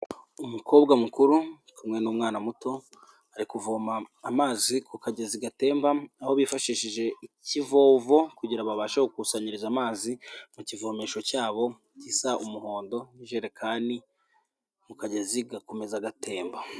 Umukobwa mukuru uri kumwe n'umwana muto, ari kuvoma amazi ku kagezi gatemba, aho bifashishije ikivovo kugira ngo babashe gukusanyiriza amazi mu kivomesho cyabo gisa umuhondo n'ijerekani mu kagezi gakomeza gatemba.